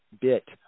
bit